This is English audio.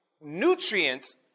nutrients